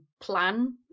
plan